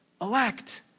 elect